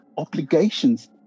obligations